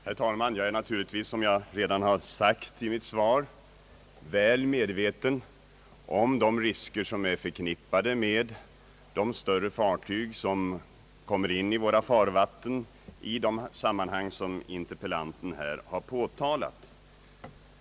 Herr talman! Jag är naturligtvis — som jag redan har sagt i mitt svar — väl medveten om de risker som är förknippade med de större fartyg vilka kommer in i våra farvatten i de sammanhang som interpellanten här har berört.